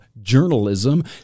journalism